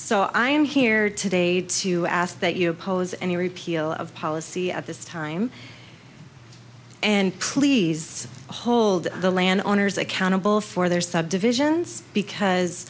so i am here today to ask that you oppose any repeal of policy at this time and please hold the land owners accountable for their subdivisions because